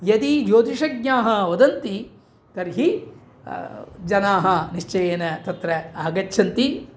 यदि ज्योतिषज्ञाः वदन्ति तर्हि जनाः निश्चयेन तत्र आगच्छन्ति